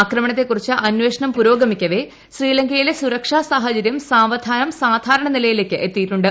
ആക്രമണത്തെ കുറിച്ച് അന്വേഷണം പുരോഗമിക്കവെ ശ്രീലങ്കയിലെ സുരക്ഷാ സാഹചരൃം സാവധാനം സാധാരണ നിലയിലേക്ക് എത്തിയിട്ടുണ്ട്